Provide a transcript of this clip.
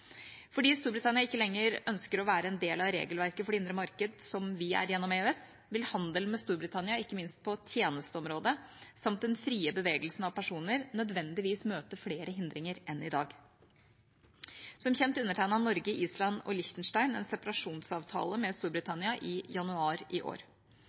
Fordi Storbritannia ikke lenger ønsker å være en del av regelverket for det indre marked slik vi er gjennom EØS, vil handelen med Storbritannia, ikke minst på tjenesteområdet samt den frie bevegelsen av personer, nødvendigvis møte flere hindringer enn i dag. Som kjent undertegnet Norge, Island og Liechtenstein en separasjonsavtale med Storbritannia i januar i år.